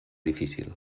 difícil